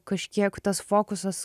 kažkiek tas fokusas